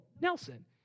Nelson